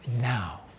now